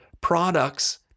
products